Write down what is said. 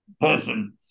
person